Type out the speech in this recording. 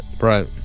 Right